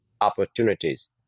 opportunities